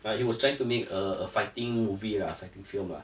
trying he was trying to make a a fighting movie ah a fighting film ah